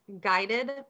Guided